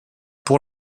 pour